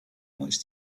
much